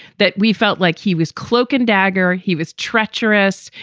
that we felt like he was cloak and dagger. he was treacherous.